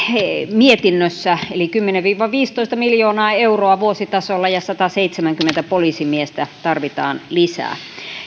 mietinnössä eli kymmenen viiva viisitoista miljoonaa euroa vuositasolla ja sataseitsemänkymmentä poliisimiestä tarvitaan lisää